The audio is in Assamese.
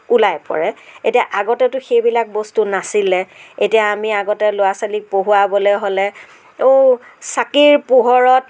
ওলাই পৰে এতিয়া আগতেতো সেইবিলাক বস্তু নাছিলে এতিয়া আমি আগতে ল'ৰা ছোৱালীক পঢ়োৱাবলৈ হ'লে অ' চাকিৰ পোহৰত